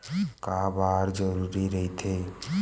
का बार जरूरी रहि थे?